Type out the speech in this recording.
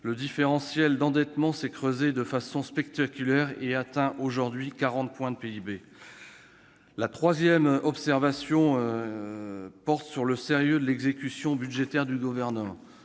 Le différentiel d'endettement s'est creusé de façon spectaculaire et atteint, aujourd'hui, 40 points de PIB. Ma troisième observation concerne le sérieux de l'exécution budgétaire par le Gouvernement.